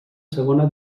segona